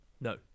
no